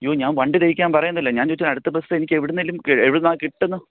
അയ്യോ ഞാൻ വണ്ടി തിരിക്കാൻ പറയുന്നില്ല ഞാൻ ചോദിച്ച അടുത്ത ബസ്സ് എനിക്ക് എവിടുന്നേലും കെ എവിടുന്നാണ് കിട്ടുന്നത്